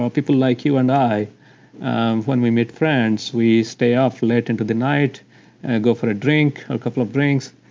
people like you and i when we meet friends we stay up late into the night and go for a drink, a couple of drinks,